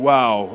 Wow